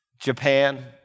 Japan